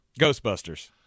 Ghostbusters